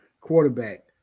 quarterback